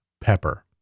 pepper